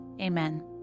Amen